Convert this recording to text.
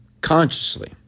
Consciously